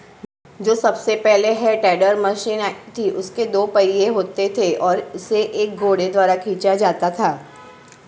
जो सबसे पहले हे टेडर मशीन आई थी उसके दो पहिये होते थे और उसे एक घोड़े द्वारा खीचा जाता था